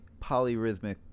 polyrhythmic